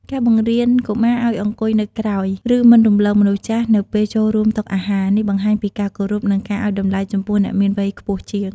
ការបង្រៀនកុមារឲ្យអង្គុយនៅក្រោយ ឬមិនរំលងមនុស្សចាស់នៅពេលចូលរួមតុអាហារ នេះបង្ហាញពីការគោរព និងការឲ្យតម្លៃចំពោះអ្នកមានវ័យខ្ពស់ជាង។